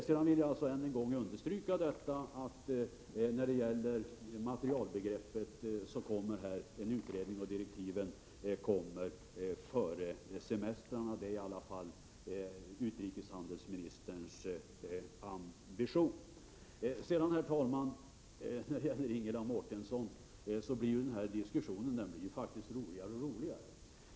Sedan vill jag än en gång understryka att det skall tillsättas en utredning om krigsmaterielbegreppet. Direktiven kommer före semestern — det är i alla fall utrikeshandelsministerns ambition. Diskussionen med Ingela Mårtensson blir faktiskt roligare och roligare.